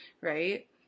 right